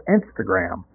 Instagram